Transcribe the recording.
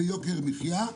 זה יוקר מחיה.